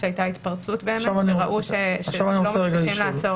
כשהייתה התפרצות וראו שלא מצליחים לעצור